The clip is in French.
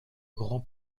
grand